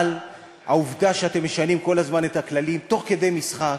אבל העובדה שאתם משנים כל הזמן את הכללים תוך כדי משחק